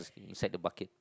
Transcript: inside the bucket